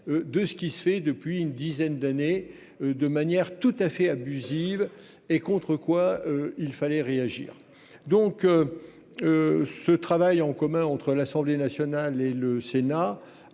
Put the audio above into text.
de ce qui se fait depuis une dizaine d'années de manière tout à fait abusive et contre quoi il fallait réagir, donc. Ce travail en commun entre l'Assemblée nationale et le Sénat